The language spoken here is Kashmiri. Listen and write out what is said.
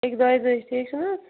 اکہِ دۄیہِ بج ٹھیٖک چھُنَہ حظ